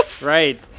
Right